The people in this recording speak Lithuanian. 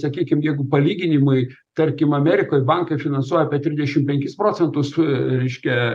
sakykime jeigu palyginimui tarkim amerikoj bankai finansuoja apie trisdešimt penkis procentus reiškia